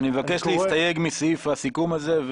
אני מבקש להסתייג מסעיף הסיכום הזה,